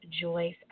Joyce